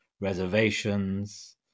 reservations